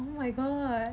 oh my god